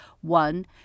One